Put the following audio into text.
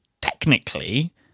technically